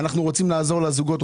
אנחנו רוצים לעזור לזוגות,